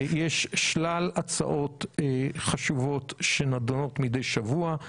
יש שלל הצעות חשובות שנדונות מדי שבוע.